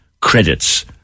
credits